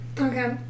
Okay